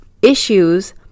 Issues